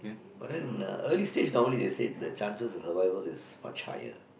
but then uh early stage normally they say the chances of survival is much higher